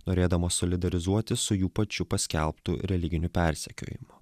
norėdamos solidarizuotis su jų pačių paskelbtu religiniu persekiojimu